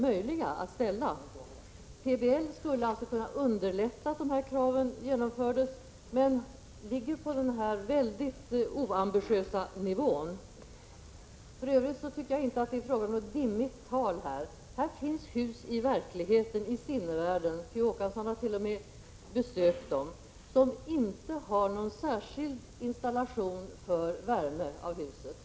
Planoch bygglagen skulle alltså kunna underlätta denna utveckling. Men man håller sig på en väldigt oambitiös nivå. För övrigt tycker jag inte att det är fråga om något dimmigt tal. Det finns i sinnevärlden hus — P. O. Håkansson har t.o.m. besökt dem — som inte har någon särskild installation för värme.